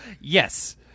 Yes